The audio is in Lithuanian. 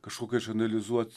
kažkokią išanalizuot